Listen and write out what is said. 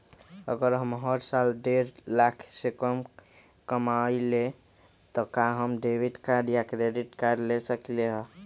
अगर हम हर साल डेढ़ लाख से कम कमावईले त का हम डेबिट कार्ड या क्रेडिट कार्ड ले सकली ह?